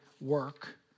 work